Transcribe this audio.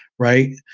right?